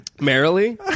Merrily